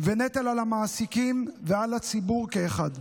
ונטל על המעסיקים ועל הציבור כאחד.